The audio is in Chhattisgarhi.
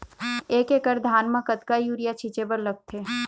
एक एकड़ धान म कतका यूरिया छींचे बर लगथे?